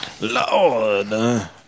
Lord